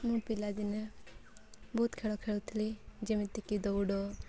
ମୁଁ ପିଲାଦିନେ ବହୁତ ଖେଳ ଖେଳୁଥିଲି ଯେମିତିକି ଦୌଡ଼